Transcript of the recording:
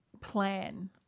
plan